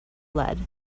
lead